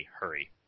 hurry